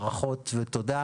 ברכות ותודה.